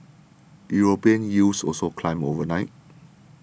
European yields also climbed overnight